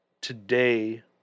today